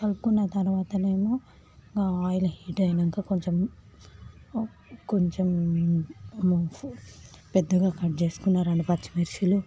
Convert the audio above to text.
కలుపుకున్న తర్వాతనేమో ఇంక ఆయిల్ హీట్ అయినాకా కొంచెం కొంచెం పెద్దగా కట్ చేసుకున్న రెండు పచ్చిమిర్చిలు